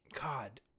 God